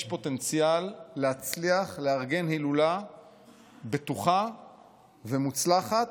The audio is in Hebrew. יש פוטנציאל להצליח לארגן הילולה בטוחה ומוצלחת.